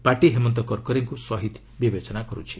party Hemant କର୍କରେଙ୍କୁ ଶହୀଦ୍ ବିବେଚନା କରେ